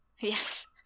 Yes